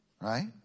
Right